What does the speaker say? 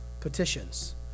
petitions